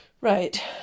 right